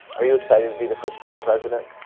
are you excited to be the first girl president?